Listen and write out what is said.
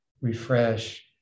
refresh